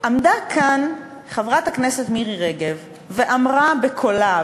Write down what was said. עמדה כאן חברת הכנסת מירי רגב ואמרה בקולה,